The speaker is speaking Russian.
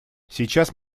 сейчас